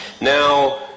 Now